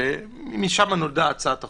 משם נולדה הצעת החוק.